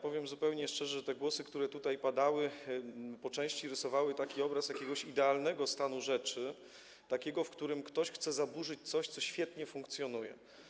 Powiem zupełnie szczerze, że te głosy, które tutaj padały, po części rysowały obraz jakiegoś idealnego stanu rzeczy - takiego, w którym ktoś chce zaburzyć coś, co świetnie funkcjonuje.